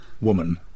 woman